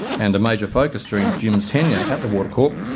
and a major focus during jim's tenure at the water corp.